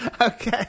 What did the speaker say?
Okay